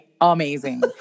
amazing